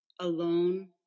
alone